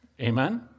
Amen